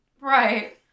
Right